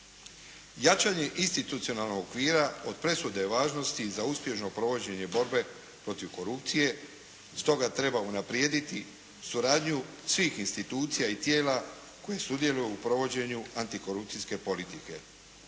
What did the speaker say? Jačanje institucionalnog okvira od presudne je važnosti za uspješno provođenje borbe protiv korupcije, stoga treba unaprijediti suradnju svih institucija i tijela koje sudjeluju u provođenju antikorupcijske politike.